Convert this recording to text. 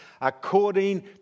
according